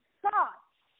thoughts